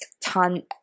ton